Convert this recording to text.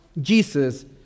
Jesus